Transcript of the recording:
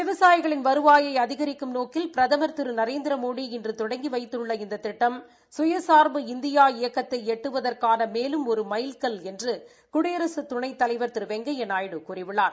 விவசாயிகளின் வருவாயை அதிகரிக்கும் நோக்கில் பிரதம் திரு நரேந்திரமோடி இன்று தொடங்கி வைத்துள்ள இந்த திட்டம் சுயசார்பு இந்தியா இயக்கத்தை எட்டுவதற்கான மேலும் ஒரு மைல் என்று குடியரசுத் துணைத் தலைவர் திரு வெங்கையா நாயுடு கூறியுள்ளார்